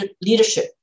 leadership